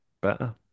better